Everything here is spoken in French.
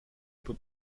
peut